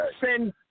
send